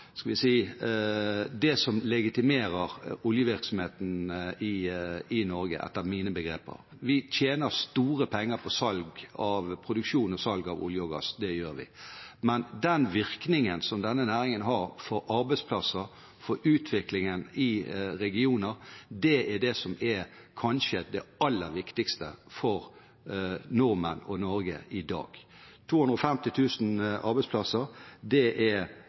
det som legitimerer oljevirksomheten i Norge, etter mine begreper. Vi tjener store penger på produksjon og salg av olje og gass – det gjør vi. Men den virkningen som denne næringen har for arbeidsplasser og utviklingen i regioner, er det som kanskje er det aller viktigste for nordmenn og Norge i dag. 250 000 arbeidsplasser – det er